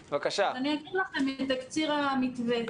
אז אני אקריא לכם את תקציר המתווה.